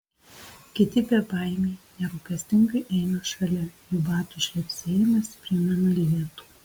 kiti bebaimiai nerūpestingai eina šalia jų batų šlepsėjimas primena lietų